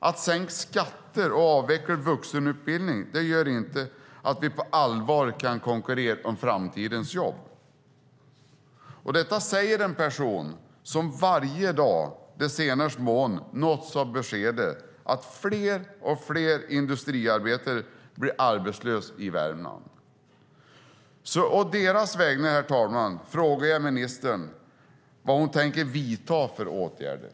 Att sänka skatter och avveckla vuxenutbildning gör inte att vi på allvar kan konkurrera om framtidens jobb. Detta säger en person som varje dag den senaste månaden har nåtts av beskedet att fler och fler industriarbetare blir arbetslösa i Värmland. Å deras vägnar, herr talman, frågar jag ministern vilka åtgärder hon tänker vidta.